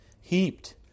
heaped